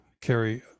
carry